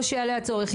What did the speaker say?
או שיעלה הצורך,